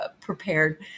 prepared